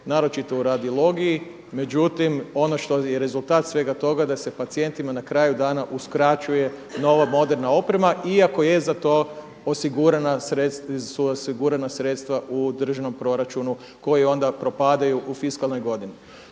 naročito u radiologiji međutim ono što je rezultat svega toga da se pacijentima na kraju dana uskraćuje nova moderna oprema iako su za to osigurana sredstva u državnom proračunu koji onda propadaju u fiskalnoj godini.